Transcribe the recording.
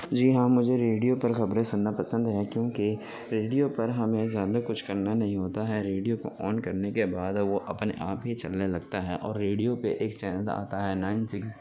جی ہاں مجھے ریڈیو پر خبریں سننا پسند ہے کیونکہ ریڈیو پر ہمیں زیادہ کچھ کرنا نہیں ہوتا ہے ریڈیو کو آن کرنے کے بعد وہ اپنے آپ ہی چلنے لگتا ہے اور ریڈیو پہ ایک چینل آتا ہے نائن سکس